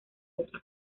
otra